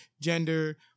Gender